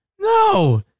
No